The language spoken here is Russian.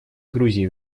грузии